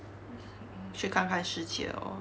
ah mm 去看看世界 lor